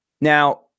Now